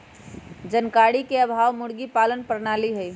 जानकारी के अभाव मुर्गी पालन प्रणाली हई